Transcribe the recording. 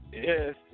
Yes